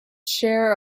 share